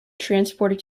transported